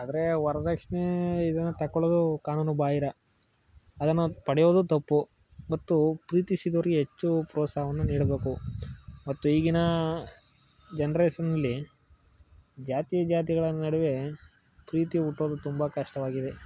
ಆದರೆ ವರ್ದಕ್ಷಿಣೆ ಇದನ್ನು ತಗೋಳೋದು ಕಾನೂನು ಬಾಹಿರ ಅದನ್ನು ಪಡೆಯೋದು ತಪ್ಪು ಮತ್ತು ಪ್ರೀತಿಸಿದವರಿಗೆ ಹೆಚ್ಚು ಪ್ರೋತ್ಸಾಹವನ್ನು ನೀಡಬೇಕು ಮತ್ತು ಈಗಿನ ಜನ್ರೇಷನ್ನಲ್ಲಿ ಜಾತಿ ಜಾತಿಗಳ ನಡುವೆ ಪ್ರೀತಿ ಹುಟ್ಟೋದು ತುಂಬ ಕಷ್ಟವಾಗಿದೆ